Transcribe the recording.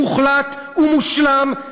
מוחלט ומושלם,